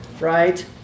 Right